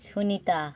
Sunita